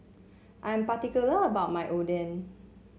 I am particular about my Oden